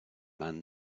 man